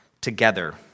together